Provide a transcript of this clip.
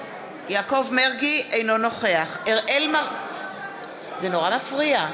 אינו נוכח זה נורא מפריע.